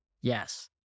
Yes